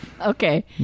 Okay